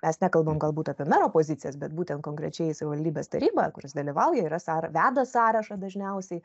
mes nekalbam galbūt apie mero pozicijas bet būtent konkrečiai savivaldybės tarybą kur jis dalyvauja yra veda sąrašą dažniausiai